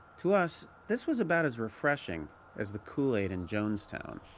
to us, this was about as refreshing as the kool-aid in jonestown.